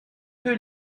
que